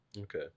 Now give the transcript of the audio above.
Okay